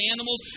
animals